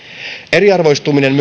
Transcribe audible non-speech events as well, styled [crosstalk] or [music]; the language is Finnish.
eriarvoistuminen [unintelligible]